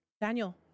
Daniel